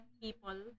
people